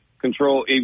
control